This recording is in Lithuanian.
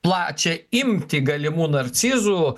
plačią imtį galimų narcizų